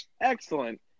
excellent